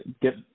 get